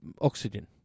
oxygen